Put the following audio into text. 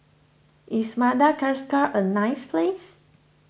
is Madagascar a nice place